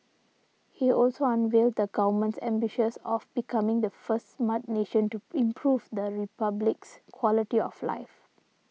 he also unveiled the Government's ambitions of becoming the first Smart Nation to improve the Republic's quality of life